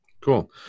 cool